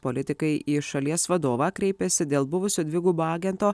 politikai į šalies vadovą kreipėsi dėl buvusio dvigubo agento